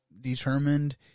determined